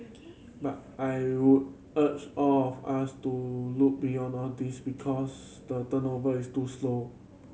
but I would urge all of us to look beyond all these because the turnover is too slow